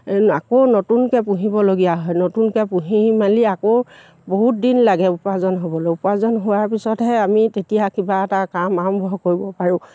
আকৌ নতুনকৈ পুহিবলগীয়া হয় নতুনকৈ পুহি মেলি আকৌ বহুত দিন লাগে উপাৰ্জন হ'বলৈ উপাৰ্জন হোৱাৰ পিছতহে আমি তেতিয়া কিবা এটা কাম আৰম্ভ কৰিব পাৰোঁ